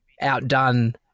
outdone